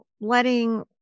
letting